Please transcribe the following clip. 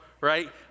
Right